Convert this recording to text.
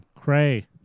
Cray